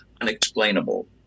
unexplainable